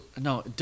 no